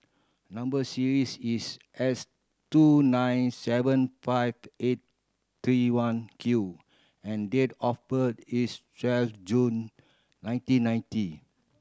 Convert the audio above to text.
number series is S two nine seven five eight three one Q and date of birth is twelve June nineteen ninety